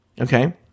Okay